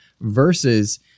versus